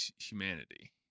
humanity